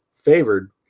favored